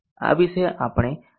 આ વિશે આપણે અગાઉ ચર્ચા કરી છે